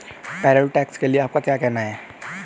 Payroll tax के लिए आपका क्या कहना है?